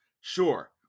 Sure